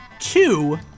two